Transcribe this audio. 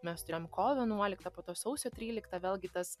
mes turėjom kovo vienuoliktą po to sausio tryliktą vėlgi tas